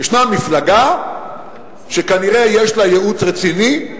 ישנה מפלגה שכנראה יש לה ייעוץ רציני,